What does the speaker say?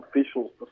officials